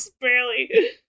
Barely